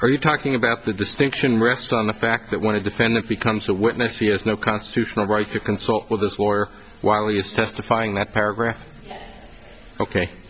are you talking about the distinction rests on the fact that want to defend that becomes a witness he has no constitutional right to consult with the floor while he is testifying that paragraph ok